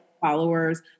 followers